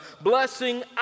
Blessing